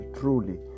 truly